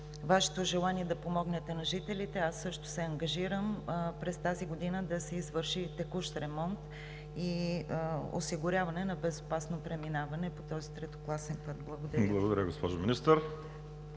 Вашето желание да помогнете на жителите. Аз също се ангажирам през тази година да се извърши текущ ремонт и осигуряване на безопасно преминаване по този третокласен път. Благодаря.